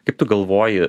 kaip tu galvoji